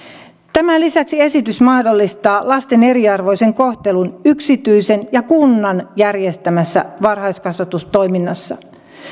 tämän lisäksi esitys mahdollistaa lasten eriarvoisen kohtelun yksityisen ja kunnan järjestämässä varhaiskasvatustoiminnassa